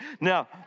Now